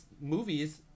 movies